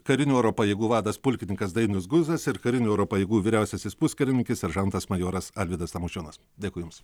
karinių oro pajėgų vadas pulkininkas dainius guzas ir karinių oro pajėgų vyriausiasis puskarininkis saržantas majoras alvydas tamošiūnas dėkui jums